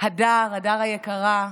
הדר היקרה,